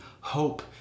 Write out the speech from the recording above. hope